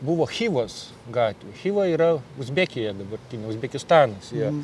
buvo chivos gatvė chiva yra uzbekija dabartinė uzbekistanas jo